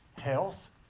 Health